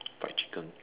fried chicken